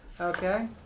Okay